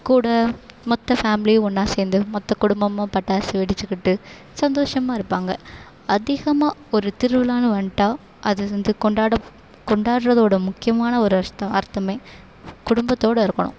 கூட மொத்த ஃபேம்லியும் ஒன்றா சேர்ந்து மொத்த குடும்பமும் பட்டாசு வெடிச்சிக்கிட்டு சந்தோஷமாக இருப்பாங்க அதிகமாக ஒரு திருவிழான்னு வந்துட்டா அது வந்து கொண்டாடப் கொண்டாட்டுறதோட முக்கியமான ஒரு அர்ஸ்தோம் அர்த்தம் குடும்பத்தோடய இருக்கணும்